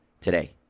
today